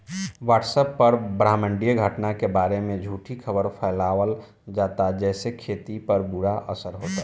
WhatsApp पर ब्रह्माण्डीय घटना के बारे में झूठी खबर फैलावल जाता जेसे खेती पर बुरा असर होता